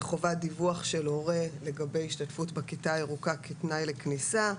חובת דיווח של הורה לגבי השתתפות ב"כיתה הירוקה" כתנאי לכניסה.